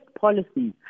policies